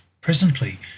Presently